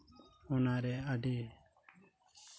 ᱚᱱᱟᱨᱮ ᱟᱹᱰᱤ